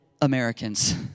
Americans